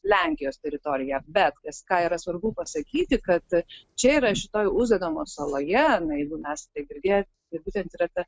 lenkijos teritorija bet kas ką yra svarbu pasakyti kad čia yra šitoj uzedamos saloje jeigu mes tai girdėję ir būtent yra ta